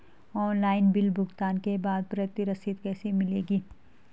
Online bill भुगतान के बाद प्रति रसीद कैसे मिलेगी?